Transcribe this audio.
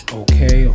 okay